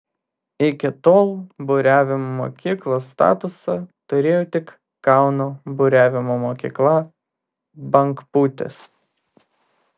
iki tol buriavimo mokyklos statusą turėjo tik kauno buriavimo mokykla bangpūtys